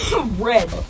red